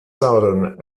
southern